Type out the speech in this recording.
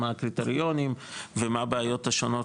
מה הקריטריונים ומה הבעיות השונות